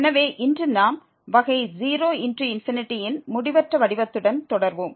எனவே இன்று நாம் வகை 0× இன் முடிவற்ற வடிவத்துடன் தொடர்வோம்